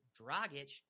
Dragic